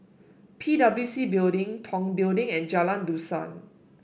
P W C Building Tong Building and Jalan Dusan